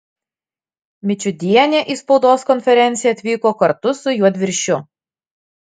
mičiudienė į spaudos konferenciją atvyko kartu su juodviršiu